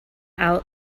out